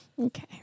Okay